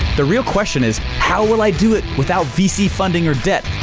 the real question is, how will i do it without vc funding, or debt,